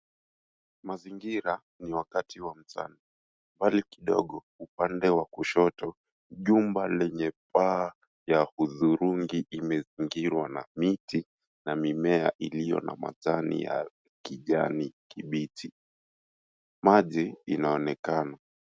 Mazingira ni wakati wa mchana. Mbali kidogo upande wa kushoto, jumba lenye paa la hudhurungi imezingirwa na miti na mimea iliyo na majani ya kijani kibichi. Maji inaonekana.